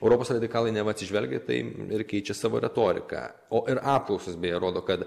europos radikalai neva atsižvelgia į tai ir keičia savo retoriką o ir apklausos beje rodo kad